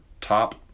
top